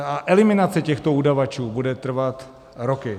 A eliminace těchto udavačů bude trvat roky.